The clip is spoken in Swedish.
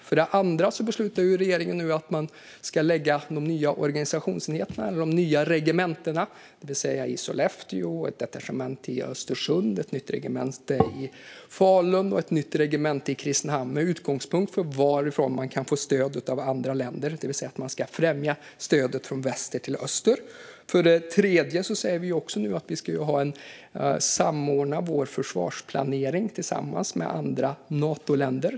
För det andra har ju regeringen nu beslutat att förlägga de nya organisationsenheterna eller de nya regementena till Sollefteå, Östersund, Falun och Kristinehamn med utgångspunkt i varifrån man kan få stöd av andra länder, det vill säga att man ska främja stödet från väster till öster. För det tredje säger vi nu att vi ska samordna vår försvarsplanering med andra Natoländer.